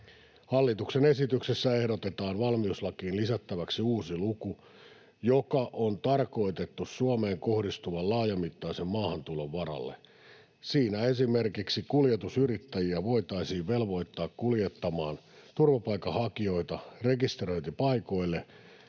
Hallituksen esityksessä ehdotetaan valmiuslakiin lisättäväksi uusi luku, joka on tarkoitettu Suomeen kohdistuvan laajamittaisen maahantulon varalle. Siinä esimerkiksi kuljetusyrittäjiä voitaisiin velvoittaa kuljettamaan turvapaikanhakijoita rekisteröintipaikoille